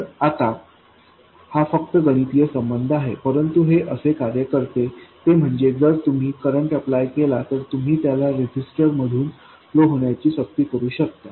तर आता हा फक्त गणितीय संबंध आहे परंतु हे असे कार्य करते ते म्हणजे जर तुम्ही करंट अप्लाय केला तर तुम्ही त्याला रेजिस्टर मधून फ्लो होण्याची सक्ती करू शकता